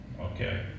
Okay